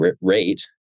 rate